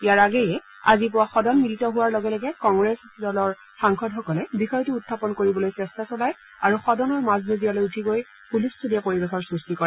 ইয়াৰ আগেয়ে আজি পুৱা সদন মিলিত হোৱাৰ লগে লগে কংগ্ৰেছ দলৰ সাংসদসকলে বিষয়টো উখাপন কৰিবলৈ চেষ্টা চলায় আৰু সদনৰ মাজমজিয়ালৈ উঠি গৈ হুলস্থূলীয়া পৰিবেশৰ সৃষ্টি কৰে